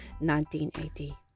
1980